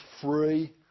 free